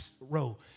row